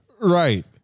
Right